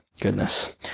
goodness